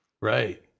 Right